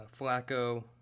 Flacco